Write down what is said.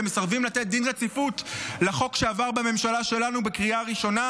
אתם מסרבים לתת דין רציפות לחוק שעבר בממשלה שלנו בקריאה הראשונה,